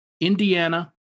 Indiana